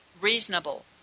reasonable